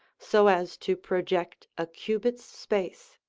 so as to project a cubit's space.